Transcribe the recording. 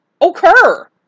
occur